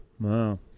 Wow